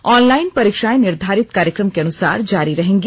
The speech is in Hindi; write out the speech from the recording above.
ऑनलाइन परीक्षाएं निर्धारित कार्यक्रम के अनुसार जारी रहेंगी